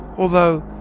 although,